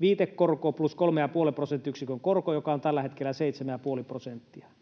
viitekorko, plus kolmen ja puolen prosenttiyksikön korko, joka on tällä hetkellä seitsemän